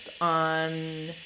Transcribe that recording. on